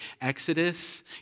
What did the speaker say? Exodus